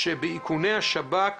שבאיכוני השב"כ